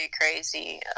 crazy